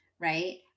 right